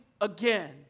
again